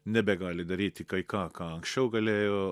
nebegali daryti kai ką ką anksčiau galėjo